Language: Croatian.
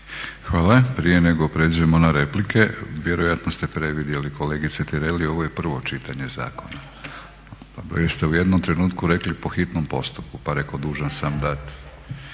Hvala. Prije nego pređemo na replike, vjerojatno ste predvidjeli kolegice Tireli, ovo je prvo čitanje zakona, jer ste u jednom trenutku rekli po hitnom postupku. Pa reko, dužan sam dati